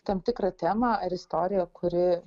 tam tikrą temą ar istoriją kuri